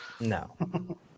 No